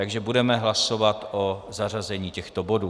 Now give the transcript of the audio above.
Takže budeme hlasovat o zařazení těchto bodů.